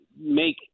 make